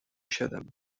siedem